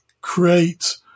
create